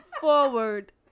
forward